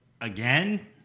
Again